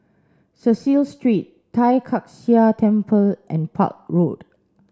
Cecil Street Tai Kak Seah Temple and Park Road